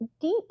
deep